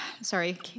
Sorry